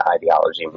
ideology